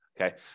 Okay